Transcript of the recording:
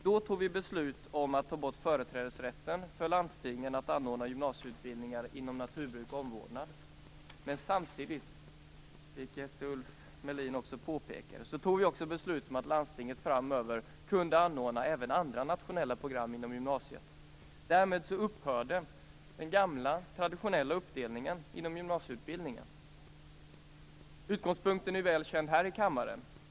Då fattade vi beslut om att ta bort företrädesrätten för landstingen att anordna gymnasieutbildningar inom naturbruk och omvårdnad. Samtidigt fattade vi också, som Ulf Melin påpekade, beslut om att landstingen framöver även kunde anordna andra nationella program inom gymnasiet. Därmed upphörde den gamla traditionella uppdelningen inom gymnasieutbildningen. Utgångspunkten är väl känd här i kammaren.